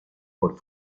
por